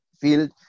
field